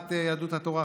סיעת יהדות התורה,